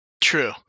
True